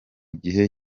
gihe